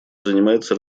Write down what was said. занимается